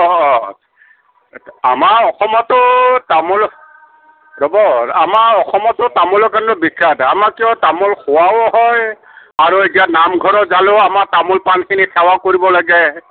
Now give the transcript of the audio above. অঁ আমাৰ অসমতো তামোল ৰ'ব আমাৰ অসমতো তামোলৰ কাৰণেতো বিখ্যাত আমাৰ কিয় তামোল খোৱাও হয় আৰু এতিয়া নামঘৰত যালেও আমাৰ তামোল পাণখিনিত সেৱা কৰিব লাগে